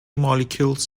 molecules